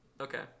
Okay